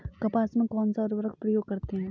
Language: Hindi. कपास में कौनसा उर्वरक प्रयोग करते हैं?